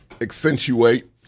accentuate